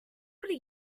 could